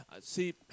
see